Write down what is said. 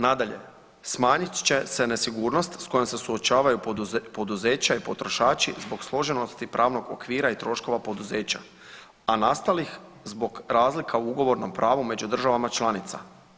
Nadalje, smanjit će se nesigurnost s kojom se suočavaju poduzeća i potrošači zbog složenosti pravog okvira i troškova poduzeća, a nastalih zbog razlika u ugovornom pravu među državama članica.